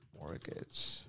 mortgage